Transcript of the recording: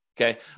Okay